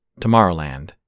Tomorrowland